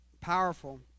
powerful